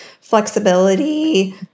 flexibility